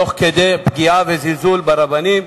תוך פגיעה וזלזול ברבנים.